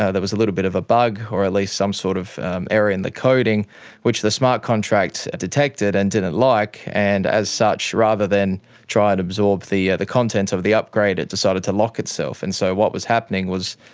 ah there was a little bit of a bug or at least some sort of error in the coding which the smart contract detected and didn't like, and as such rather than try and absorb the content of the upgrade it decided to lock itself. and so what was happening was,